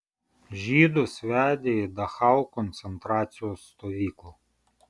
žydus vedė į dachau koncentracijos stovyklą